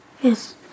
Yes